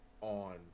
on